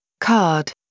card